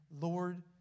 Lord